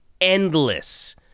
endless